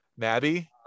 Mabby